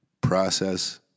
process